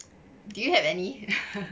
do you have any